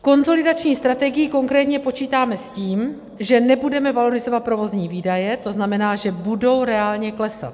V konsolidační strategii konkrétně počítáme s tím, že nebudeme valorizovat provozní výdaje, to znamená, že budou reálně klesat.